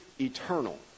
eternal